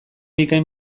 bikain